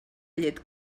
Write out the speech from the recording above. llet